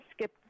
skip